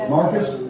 Marcus